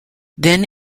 then